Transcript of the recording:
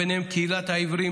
וביניהם קהילת העיוורים,